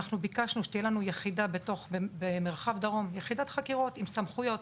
אנחנו ביקשנו שתהיה לנו בתוך מרחב דרום יחידת חקירות עם סמכויות,